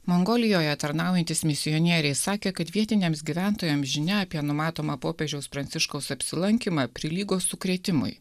mongolijoje tarnaujantys misionieriai sakė kad vietiniams gyventojams žinia apie numatomą popiežiaus pranciškaus apsilankymą prilygo sukrėtimui